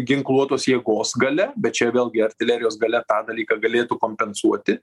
ginkluotos jėgos galia bet čia vėlgi artilerijos galia tą dalyką galėtų kompensuoti